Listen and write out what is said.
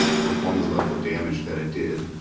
performed the level of damage that it did.